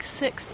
six